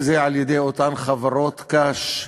אם על-ידי אותן חברות קש,